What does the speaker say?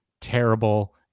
terrible